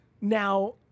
Now